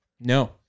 No